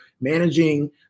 managing